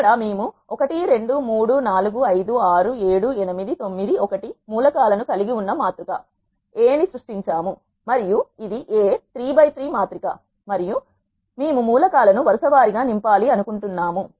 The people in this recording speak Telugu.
ఇక్కడ మేము 1 2 3 4 5 6 7 8 9 1 మూల కాల ను కలిగి ఉన్న మాతృక A నీ సృష్టించాము మరియు ఇది A 33 మాత్రిక మరియు మేము మూల కాల ను వరుస వారి గా నింపాలి అనుకుంటున్నాము